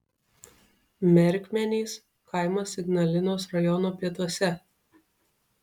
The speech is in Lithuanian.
merkmenys kaimas ignalinos rajono pietuose